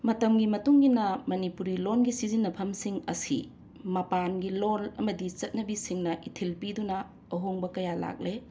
ꯃꯇꯝꯒꯤ ꯃꯇꯨꯡ ꯏꯟꯅ ꯃꯅꯤꯄꯨꯔꯤ ꯂꯣꯟꯒꯤ ꯁꯤꯖꯤꯟꯅꯐꯝꯁꯤꯡ ꯑꯁꯤ ꯃꯄꯥꯟꯒꯤ ꯂꯣꯜ ꯑꯃꯗꯤ ꯆꯠꯅꯕꯤꯁꯤꯡꯅ ꯏꯊꯤꯜ ꯄꯤꯗꯨꯅ ꯑꯍꯣꯡꯕ ꯀꯌꯥ ꯂꯥꯛꯂꯦ